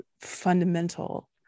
fundamental